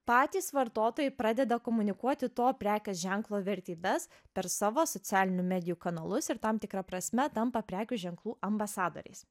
patys vartotojai pradeda komunikuoti to prekės ženklo vertybes per savo socialinių medijų kanalus ir tam tikra prasme tampa prekių ženklų ambasadoriais